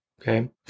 Okay